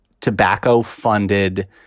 tobacco-funded